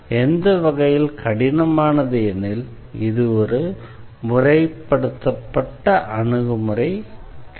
எந்த வகையில் கடினமானது எனில் இது ஒரு முறைப்படுத்தப்பட்ட அணுகுமுறை அல்ல